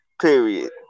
period